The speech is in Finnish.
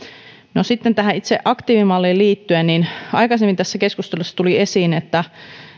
sitten tähän itse aktiivimalliin liittyen aikaisemmin tässä keskustelussa tuli esiin että